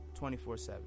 24-7